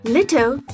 Little